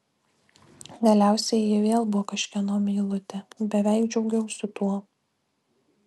galiausiai ji vėl buvo kažkieno meilutė beveik džiaugiausi tuo